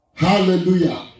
Hallelujah